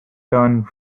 turn